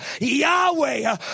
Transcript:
Yahweh